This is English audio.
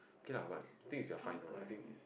okay lah but I think is your final I think